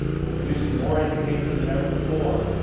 we're producing more education than ever before,